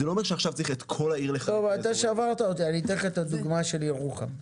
אני אתן לך את הדוגמא של ירוחם,